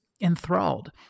enthralled